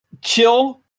Chill